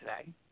today